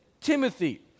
Timothy